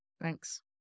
Thanks